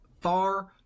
far